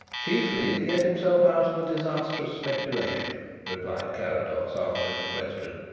chiefly to get himself out of a disastrous speculation, replied carrados, answering the question.